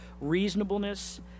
reasonableness